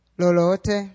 lolote